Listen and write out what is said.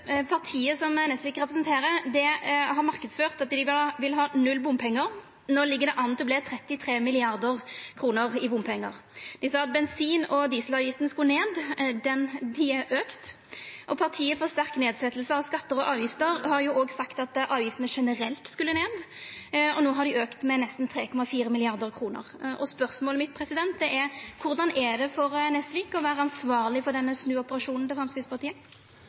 partiet som Nesvik representerer, har marknadsført at dei vil ha null bompengar. No ligg det an til å verta 33 mrd. kr i bompengar. Dei sa at bensin- og dieselavgifta skulle ned – ho er auka. Og partiet for sterk nedsetjing av skattar og avgifter har òg sagt at avgiftene generelt skulle ned. No har dei auka med nesten 3,4 mrd. kr. Spørsmålet mitt er: Korleis er det for Nesvik å vera ansvarleg for denne snuoperasjonen til Framstegspartiet?